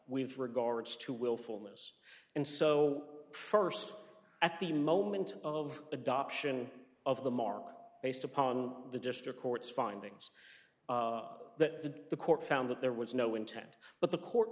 with regards to willfulness and so first at the moment of adoption of the mark based upon the district court's findings that the court found that there was no intent but the court